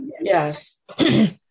Yes